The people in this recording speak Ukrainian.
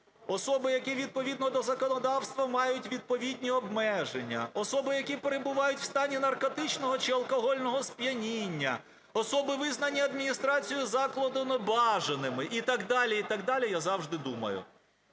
"особи, які відповідно до законодавства мають відповідні обмеження", "особи, які перебувають в стані наркотичного чи алкогольного сп'яніння", "особи визнані адміністрацією закладу небажаним", і так далі, і так далі, я завжди думаю,